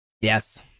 Yes